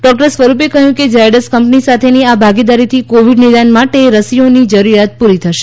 doctor સ્વરૂપે કહ્યું કે ઝાયડસ કંપની સાથેની આ ભાગીદારીથી કોવિડ નિદાન માટે રસીઓની જરૂરિયાત પૂરી થશે